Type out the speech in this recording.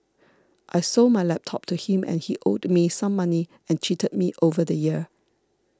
I sold my laptop to him and he owed me some money and cheated me over the year